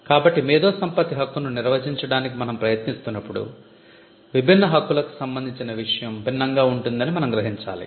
కాబట్టి మేధో సంపత్తి హక్కును నిర్వచించటానికి మనం ప్రయత్నిస్తున్నప్పుడు విభిన్న హక్కులకు సంబందించిన విషయం భిన్నంగా ఉంటుందని మనం గ్రహించాలి